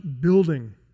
building